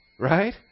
Right